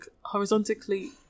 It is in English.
horizontally